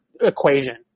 equation